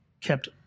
kept